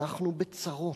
אנחנו בצרות,